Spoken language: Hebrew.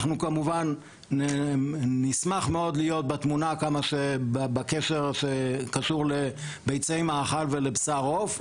אנחנו כמובן נשמח מאוד להיות בתמונה בקשר שקשור לביצי מאכל ולבשר עוף.